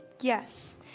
Yes